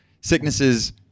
sicknesses